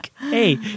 hey